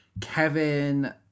Kevin